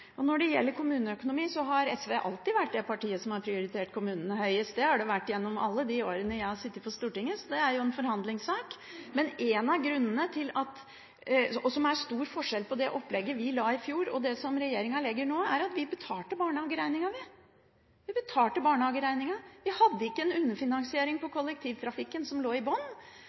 det. Når det gjelder kommuneøkonomi, har SV alltid vært det partiet som har prioritert kommune høyest. Det har det vært alle de årene jeg har sittet på Stortinget. Det er jo en forhandlingssak. Det som er den store forskjellen på det opplegget vi la i fjor, og det som regjeringen legger nå, er at vi betalte barnehageregningen. Vi hadde ikke en underfinansiering på kollektivtrafikken som lå i